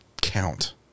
count